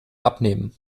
abnehmen